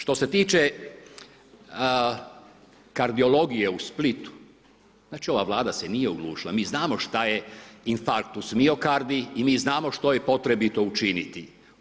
Što se tiče kardiologije u Splitu, znači ova Vlada se nije oglušila, mi znamo šta je infarkt usmiokardi i mi znamo što je potrebito učiniti.